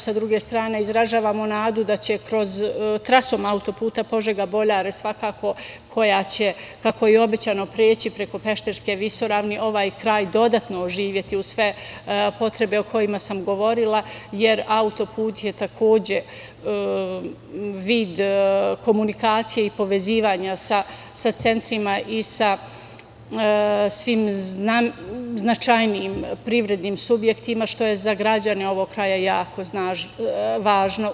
Sa druge strane izražavamo nadu da će trasom autoputa Požega-Boljare svakako, koja će, kako je i obećano, preći preko Pešterske visoravni, ovaj kraj dodatno oživeti uz sve potrebe o kojima sam govorila, jer autoput je takođe vid komunikacije i povezivanja sa centrima i sa svim značajnijim privrednim subjektima što je za građane ovog kraja jako važno.